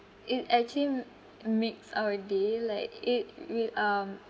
it actually makes our day like it will um